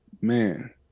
Man